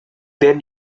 then